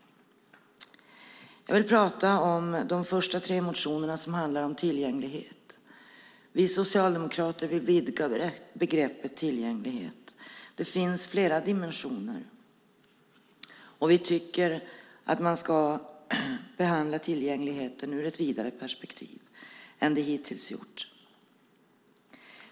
Jag ska säga något om våra motioner som handlar om tillgänglighet. Vi socialdemokrater vill vidga begreppet tillgänglighet. Det finns flera dimensioner. Vi anser att man ska behandla tillgängligheten ur ett vidare perspektiv än vad som hittills gjorts.